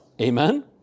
Amen